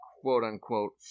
quote-unquote